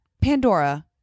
Pandora